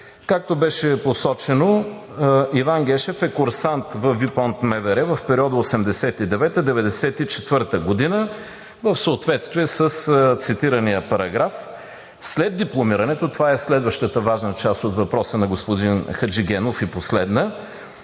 Както беше посочено, Иван Гешев е курсант във ВИПОНД МВР в периода 1989 – 1994 г. в съответствие с цитирания параграф. След дипломирането – това е следващата важна част от въпроса на господин Хаджигенов и последна,